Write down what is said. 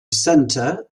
centre